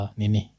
nini